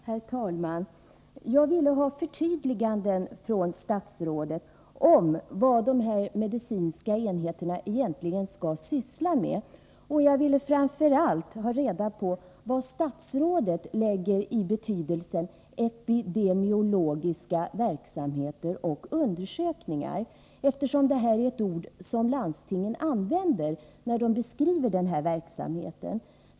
Herr talman! Jag ville ha förtydliganden från statsrådet när det gäller vad de här medicinska enheterna egentligen skall syssla med. Och jag ville framför allt ha reda på vad statsrådet lägger in för betydelse i ”epidemiologiska” verksamheter och undersökningar. Det är ett uttryck som landstingen använder när de beskriver den här verksamheten.